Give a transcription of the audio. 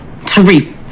Tariq